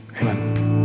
Amen